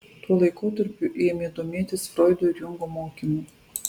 tuo laikotarpiu ėmė domėtis froido ir jungo mokymu